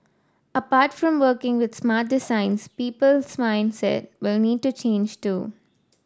apart from working with smart designs people's mindset will need to change too